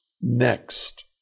next